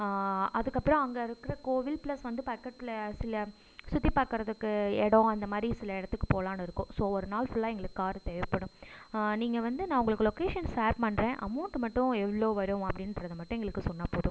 அதுக்கப்புறம் அங்கே இருக்கிற கோவில் ப்ளஸ் வந்து பக்கத்தில் சில சுற்றி பார்க்கறதுக்கு இடம் அந்த மாதிரி சில இடத்துக்கு போகலான்னு இருக்கோம் ஸோ ஒரு நாள் ஃபுல்லாக எங்களுக் காரு தேவைப்படும் நீங்கள் வந்து நான் உங்களுக்கு லொக்கேஷன் சேர் பண்ணுறேன் அமௌன்ட்டு மட்டும் எவ்வளோ வரும் அப்படின்றத மட்டும் எங்களுக்கு சொன்னால் போதும்